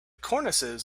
cornices